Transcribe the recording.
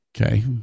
Okay